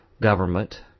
government